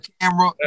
camera